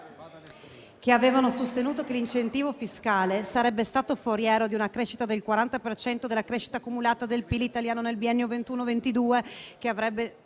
che avevano sostenuto che l'incentivo fiscale sarebbe stato foriero del 40 per cento della crescita cumulata del PIL italiano nel biennio 2021-2022,